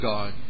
God